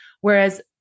Whereas